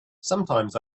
sometimes